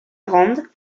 rand